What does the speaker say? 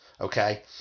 Okay